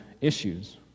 issues